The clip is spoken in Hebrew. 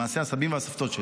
למעשה הסבים והסבתות שלי,